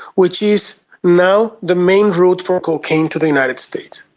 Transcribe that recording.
which is now the main route for cocaine to the united states.